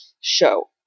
show